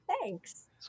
thanks